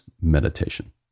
meditation